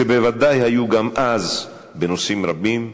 שבוודאי היו גם אז בנושאים רבים,